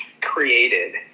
created